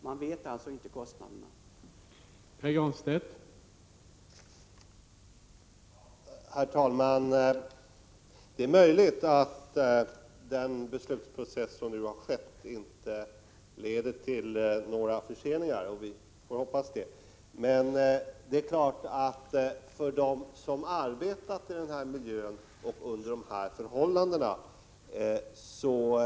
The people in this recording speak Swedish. Man vet alltså inte hur stora kostnaderna blir.